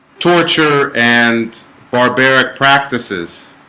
torture and barbaric practices